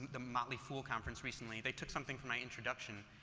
the motley fool conference recently, they took something from my introduction